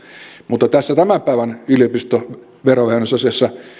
mutta tässä tämän päivän yliopistoverovähennysasiassa